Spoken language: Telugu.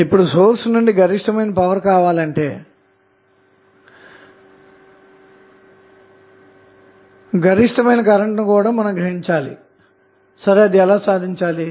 ఇప్పుడు సోర్స్ నుండి గరిష్టమైన పవర్ కావాలంటే గరిష్టమైన కరెంటు ను గ్రహించాలన్నమాట అది ఎలా సాదించాలి